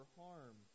harm